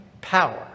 power